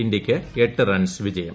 ഇന്ത്യയ്ക്ക് എട്ട് റൺസ് ജയം